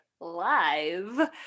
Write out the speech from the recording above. live